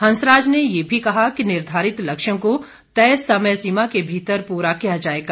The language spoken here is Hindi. इंसराज ने ये भी कहा कि निर्धारित लक्ष्यों को तय समय सीमा के भीतर पूरा किया जाएगा